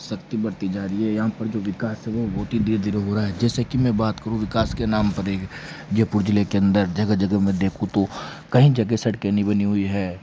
सकती बढ़ती जा रही है यहाँ जो विकास है वो बोहोत ही धीरे धीरे हो रहा है जैसे कि मैं बात करूँ विकास के नाम पर जयपुर ज़िले के अंदर जगह जगह मैं देखूँ तो कई जगह सड़कें नहीं बनी है